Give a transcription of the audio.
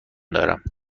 دارم